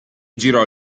girò